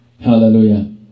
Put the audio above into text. hallelujah